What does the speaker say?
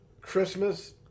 Christmas